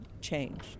change